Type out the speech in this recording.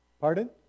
Pardon